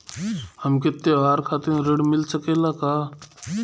हमके त्योहार खातिर त्रण मिल सकला कि ना?